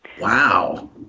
Wow